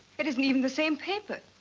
it isn't even the same paper.